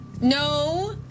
No